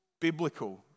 Biblical